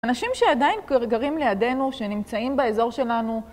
אנשים שעדיין גרים לידינו, שנמצאים באזור שלנו